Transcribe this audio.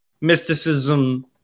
mysticism